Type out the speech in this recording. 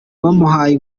bamuhaye